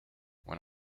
when